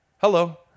Hello